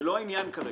זה לא העניין כרגע.